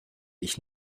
ich